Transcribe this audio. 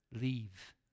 leave